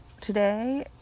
Today